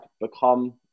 become